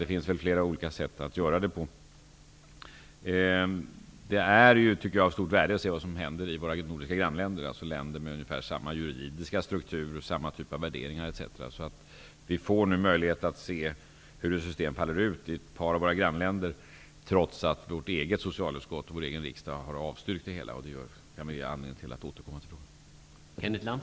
Det finns alltså flera olika sätt att gå till väga. Det är enligt min mening av stort värde att se vad som händer i våra olika grannländer, länder med ungefär samma juridiska struktur och samma typ av värderingar som Sverige. Vi får nu möjlighet att se hur systemet faller ut i ett par av våra grannländer, trots att vårt eget socialutskott och vår egen riksdag har avstyrkt förslaget. Detta kan ge oss anledning att återkomma till frågan.